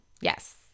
yes